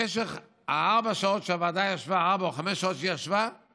במשך ארבע שעות או חמש שעות שהוועדה ישבה יצאו